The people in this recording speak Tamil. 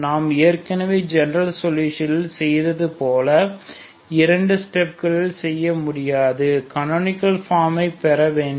நாம் ஏற்கனவே ஜெனரல் சொலுஷன் இல் செய்தது போல இரண்டு ஸ்டெப்களில் செய்ய முடியாது கனோனிகல் ஃபார்மை பெறவேண்டும்